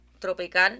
Tropical